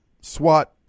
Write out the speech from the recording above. SWAT